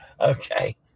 Okay